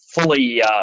fully